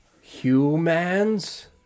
Humans